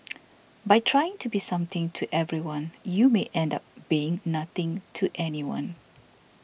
by trying to be something to everyone you may end up being nothing to anyone